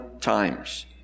times